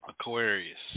Aquarius